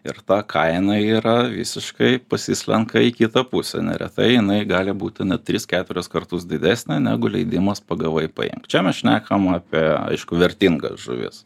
ir ta kaina yra visiškai pasislenka į kitą pusę neretai jinai gali būti net tris keturis kartus didesnė negu leidimas pagavai paimk čia mes šnekam apie aišku vertingas žuvis